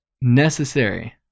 necessary